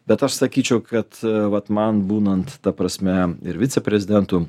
bet aš sakyčiau kad vat man būnant ta prasme ir viceprezidentu